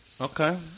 Okay